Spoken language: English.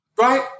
Right